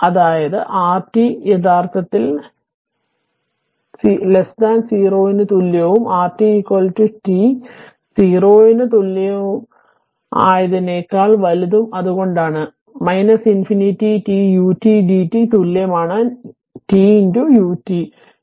അതിനാൽ rt യഥാർത്ഥത്തിൽ 0 കോട്ട 0 ന് തുല്യവും rt t കോട്ട 0 ന് തുല്യമായതിനേക്കാൾ വലുതും അതുകൊണ്ടാണ് അനന്തത t ut d t തുല്യമാണ് t ut